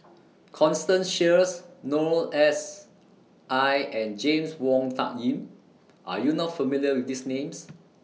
Constance Sheares Noor S I and James Wong Tuck Yim Are YOU not familiar with These Names